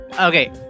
Okay